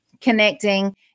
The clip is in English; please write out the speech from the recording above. connecting